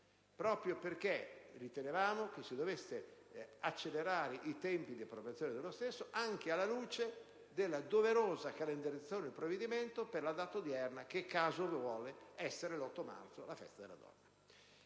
proprio perché si riteneva che si dovessero accelerare i tempi di approvazione dello stesso, anche alla luce della doverosa calendarizzazione del provvedimento per la data odierna, che il caso vuole essere l'8 marzo, la festa della donna.